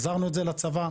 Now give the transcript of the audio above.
החזרנו את זה לצבא,